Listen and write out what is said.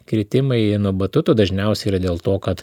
kritimai nuo batuto dažniausiai yra dėl to kad